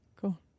Cool